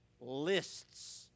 lists